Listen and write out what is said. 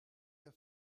der